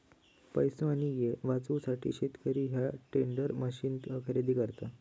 पैसो आणि येळ वाचवूसाठी शेतकरी ह्या टेंडर मशीन खरेदी करता